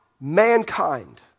mankind